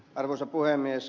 arvoisa puhemies